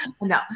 No